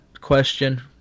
question